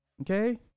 okay